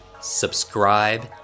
subscribe